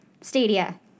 Stadia